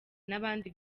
n’abandi